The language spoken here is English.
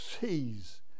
sees